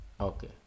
Okay